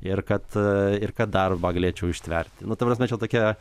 ir kad ir kad darbą galėčiau ištverti nu ta prasme čia tokia